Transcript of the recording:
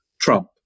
Trump